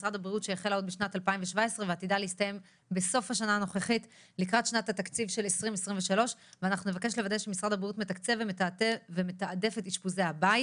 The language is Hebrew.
חולים: אסטרטגיה של משרד הבריאות בעולמות תכנון האשפוז.